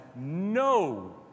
no